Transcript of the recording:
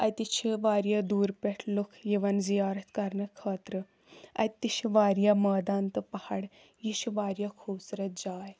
اَتہِ چھِ واریاہ دوٗرِ پٮ۪ٹھ لُکھ یِوان زِیارت کَرنہٕ خٲطرٕ اَتہِ تہِ چھِ واریاہ مٲدان تہٕ پہاڑ یہِ چھِ واریاہ خوٗبصوٗرت جاے